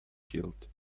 keeled